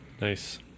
Nice